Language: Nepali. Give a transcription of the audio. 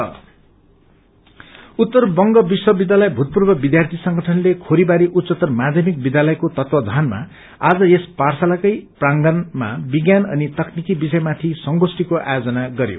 सेमिनार उत्तर बंग विश्वविद्यालय भूतपूर्व विद्यार्थी संगठनले खोरीबारी उच्चतर माध्यमिक विद्यालयको तत्वावधानमा आज यस पाठशालाकै प्राँगणमा विज्ञान अनि तकनिकी विषयमाथि संगोष्ठीको आयोजन गरयो